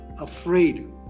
afraid